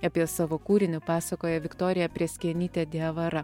apie savo kūrinį pasakoja viktorija prėskienytė diavara